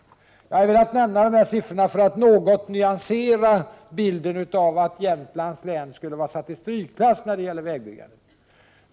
Jag har velat nämna de här siffrorna för att något nyansera bilden av att Jämtlands län skulle vara satt i strykklass när det gäller vägbyggen.